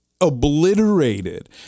obliterated